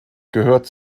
gehört